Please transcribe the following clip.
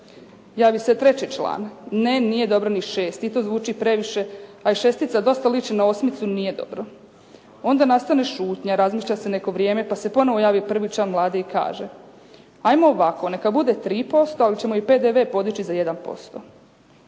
Javi se treći član, ne nije dobro ni 6 i to zvuči previše, a i šestica dosta liči na osmicu, nije dobro. Onda nastane šutnja, razmišlja se neko vrijeme pa se ponovo javi prvi član Vlade i kaže ajmo ovako neka bude 3% ali ćemo i PDV podići za 1%.